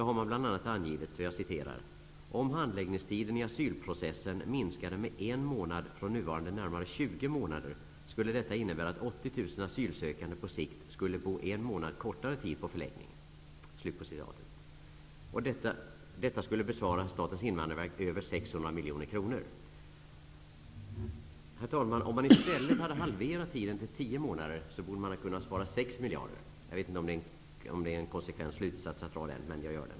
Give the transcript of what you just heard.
har man bland annat angivit: ''Om handläggningstiden i asylprocessen minskade med en månad från nuvarande närmare 20 månader skulle detta innebära att 80 000 asylsökande på sikt skulle bo en månad kortare tid på förläggning.'' Detta skulle bespara Statens invandrarverk över 600 miljoner kronor. Om man i stället hade halverat tiden till 10 månader borde man ha kunnat spara 6 miljarder. Jag vet inte om det är en konsekvent slutsats, men jag drar den.